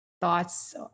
thoughts